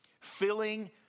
Filling